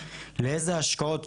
לאיזה השקעות,